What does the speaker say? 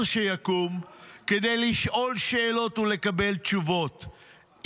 שיקום כדי לשאול שאלות ולקבל תשובות,